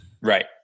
Right